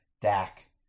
Dak